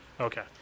Okay